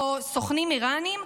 סוכנים איראנים,